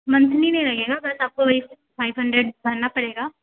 monthly नहीं लगेगा but आपको वही फाइव हन्ड्रेड डालना पड़ेगा